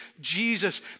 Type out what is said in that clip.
Jesus